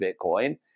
Bitcoin